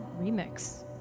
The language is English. Remix